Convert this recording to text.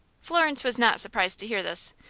florence was not surprised to hear this,